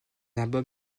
album